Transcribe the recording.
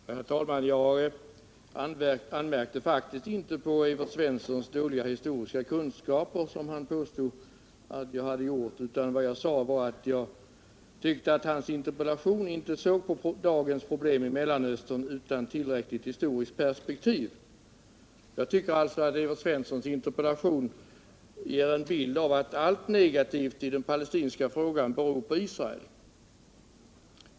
Herr talman! Jag anmärkte faktiskt inte på Evert Svenssons historiska kunskaper, som han påstod. Däremot sade jag att han i sin interpellation inte sett på dagens problem i Mellanöstern med tillräckligt historiskt perspektiv. Jag tycker att Evert Svenssons interpellation ger bilden att allt negativt i den palestinska frågan beror på Israel.